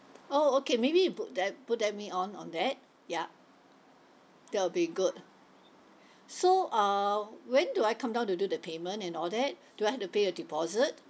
oh okay maybe you book that put that me on on that yup that will be good so uh when do I come down to do the payment and all that do I have to pay a deposit